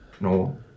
no